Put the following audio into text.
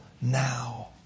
now